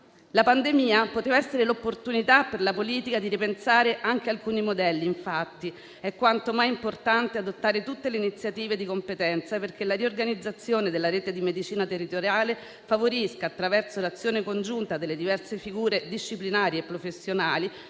La pandemia poteva essere l'opportunità per la politica di ripensare anche alcuni modelli. È quanto mai importante adottare tutte le iniziative di competenza perché la riorganizzazione della rete di medicina territoriale favorisca, attraverso l'azione congiunta delle diverse figure disciplinari e professionali